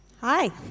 Hi